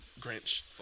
Grinch